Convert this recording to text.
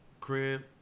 crib